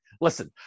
Listen